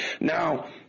now